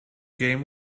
game